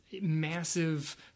massive